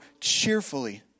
cheerfully